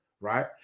right